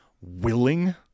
willing